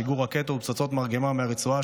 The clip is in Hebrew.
שיגור רקטות ופצצות מרגמה מהרצועה,